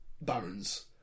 barons